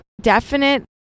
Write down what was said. definite